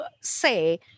say